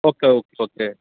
okay okay okay